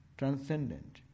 transcendent